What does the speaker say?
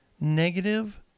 negative